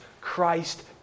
Christ